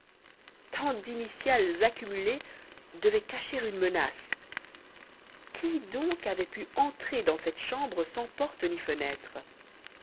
tant d'initiales accumulées devaient cacher une menace qui donc avait pu entrer dans cette chambre sans